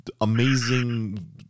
amazing